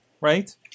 right